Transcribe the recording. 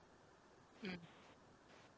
mm